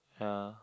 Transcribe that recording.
ya